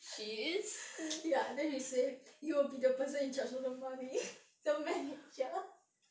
ya and then she say you'll be the person in charge of the money the manager